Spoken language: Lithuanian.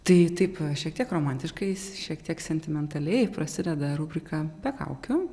tai taip šiek tiek romantiškai s šiek tiek sentimentaliai prasideda rubrika be kaukių